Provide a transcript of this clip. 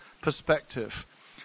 perspective